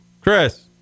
Chris